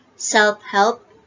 self-help